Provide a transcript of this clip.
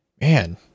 man